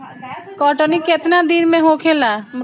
कटनी केतना दिन में होखेला?